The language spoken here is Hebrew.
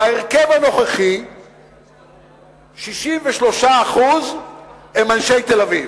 בהרכב הנוכחי 63% הם אנשי תל-אביב,